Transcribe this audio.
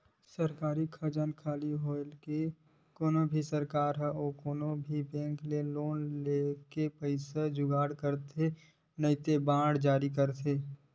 सरकारी खजाना खाली होय ले कोनो भी सरकार होय ओहा कोनो बेंक ले लोन लेके पइसा के जुगाड़ करथे नइते बांड जारी करथे